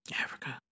Africa